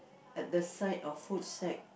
at the side of food shack